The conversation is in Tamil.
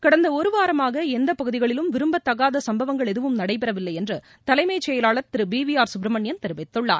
கடந்த ஒரு வாரமாக எந்த பகுதிகளிலும் விரும்பத்தகாத சும்பவங்கள் எதுவும் நடைபெறவில்லை என்று தலைமைச்செயலாளர் திரு பி வி ஆர் சுப்பிரமணியன் தெரிவித்துள்ளார்